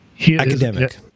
academic